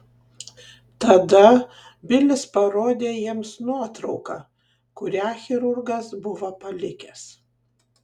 tada bilis parodė jiems nuotrauką kurią chirurgas buvo palikęs